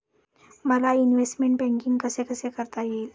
मला investment banking कसे कसे करता येईल?